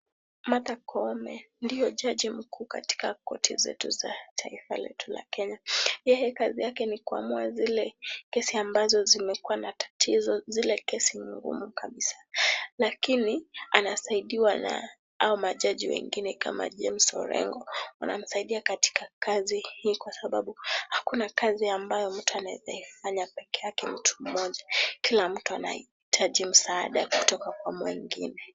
Martha Koome, ndiyo jaji mkuu katika koti zetu za taifa letu la Kenya. Yeye kazi yake ni kuwaamua zile kesi ambazo zimekuwa na tatizo, zile kesi ngumu kabisa. Lakini, anasaidiwa na hao majaji wengine kama James Orengo. Wanamsaidia katika kazi hii kwa sababu hakuna kazi ambayo mtu anaweza fanya peke yake mtu mmoja. Kila mtu anahitaji msaada kutoka kwa mwingine.